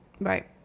right